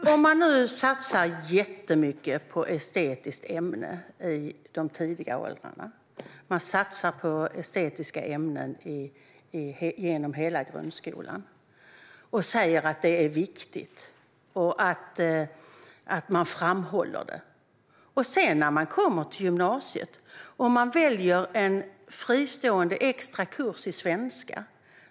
Fru talman! Man satsar jättemycket på estetiska ämnen i de tidiga åldrarna och genom hela grundskolan och säger att det är viktigt och att man framhåller det. Sedan kommer eleverna till gymnasiet och väljer en fristående extrakurs i svenska.